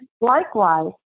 likewise